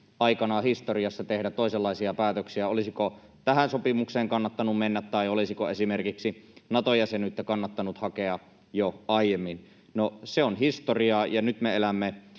aikanaan historiassa tehdä toisenlaisia päätöksiä, olisiko tähän sopimukseen kannattanut mennä tai olisiko esimerkiksi Nato-jäsenyyttä kannattanut hakea jo aiemmin. No, se on historiaa, ja nyt me elämme